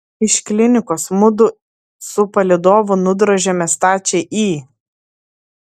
iš klinikos mudu su palydovu nudrožėme stačiai į